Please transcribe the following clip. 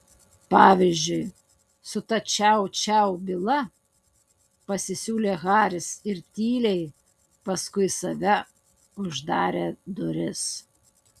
pavyzdžiui su ta čiau čiau byla pasisiūlė haris ir tyliai paskui save uždarė duris